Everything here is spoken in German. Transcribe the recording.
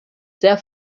sehr